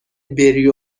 بری